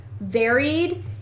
varied